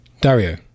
dario